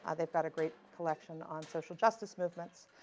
ah they've got a great collection on social justice movements.